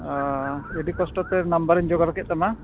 ᱚᱸᱻ ᱟᱹᱰᱤ ᱠᱚᱥᱴᱚ ᱛᱮ ᱱᱟᱢᱵᱟᱨᱤᱧ ᱡᱚᱜᱟᱲ ᱠᱮᱫ ᱛᱟᱢᱟ